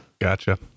Gotcha